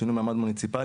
שינוי מעמד מוניציפלי.